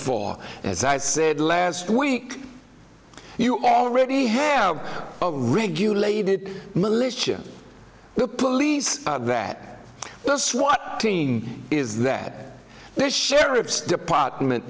for as i said last week you already have regulated militia the police that that's what team is that this sheriff's department